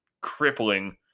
crippling